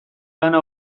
lana